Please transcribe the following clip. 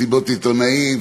מסיבות עיתונאים,